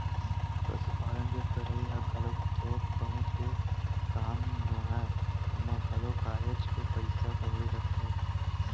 पसुपालन के करई ह घलोक थोक बहुत के काम नोहय ओमा घलोक काहेच के पइसा कउड़ी लगथे